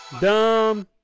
Dumb